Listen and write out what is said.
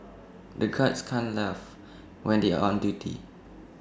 the guards can't laugh when they are on duty